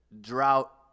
drought